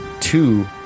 two